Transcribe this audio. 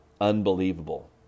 unbelievable